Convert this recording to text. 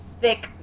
thick